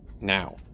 now